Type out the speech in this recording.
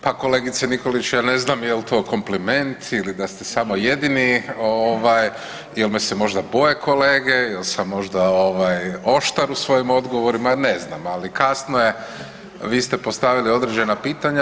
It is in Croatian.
Pa kolegice Nikolić ja ne znam jel to kompliment ili da ste samo jedini ovaj ili me se možda boje kolege ili sam možda ovaj oštar u svojim odgovorima ne znam, ali kasno je, vi ste postavili određena pitanja.